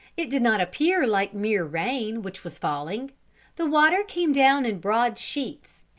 it did not appear like mere rain which was falling the water came down in broad sheets,